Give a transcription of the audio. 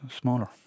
smaller